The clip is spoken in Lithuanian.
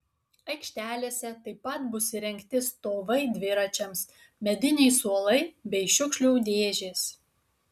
aikštelėse taip pat bus įrengti stovai dviračiams mediniai suolai bei šiukšlių dėžės